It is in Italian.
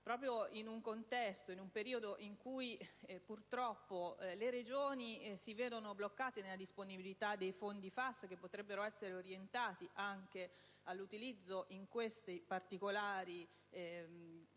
Proprio in un contesto ed in un periodo in cui purtroppo le Regioni si vedono bloccate nella disponibilità dei fondi FAS, che potrebbero essere orientati anche all'utilizzo in questi particolari casi